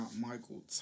Michael